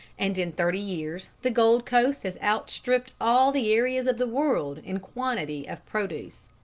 and in thirty years the gold coast has outstripped all the areas of the world in quantity of produce.